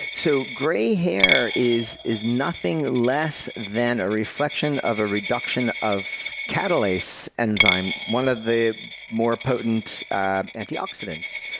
so gray hair is is nothing less than a reflection of a reduction of catalase enzyme, one of the more potent antioxidants.